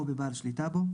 או של בעל שליטה בו.